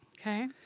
Okay